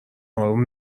اروم